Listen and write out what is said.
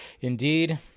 Indeed